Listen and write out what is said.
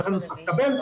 ולכן הוא צריך לקבל.